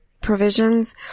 provisions